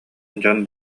дьон